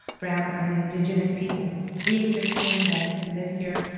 brown and indigenous people. we exist here in bend. we live here.